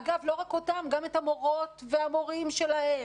אגב, לא רק אותם אלא גם את המורות והמורים שלהם.